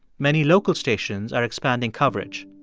many local stations are expanding coverage.